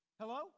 Hello